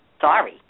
Sorry